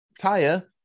Taya